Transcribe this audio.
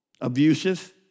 abusive